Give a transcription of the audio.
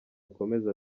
akomeze